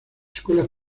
escuelas